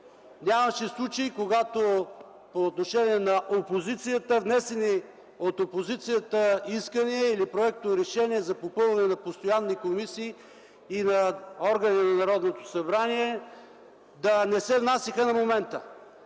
Нямаше случай, когато по отношение на внесени от опозицията искания или проекторешения за попълване на постоянни комисии и на органи на Народното събрание, да не се внасяха на момента.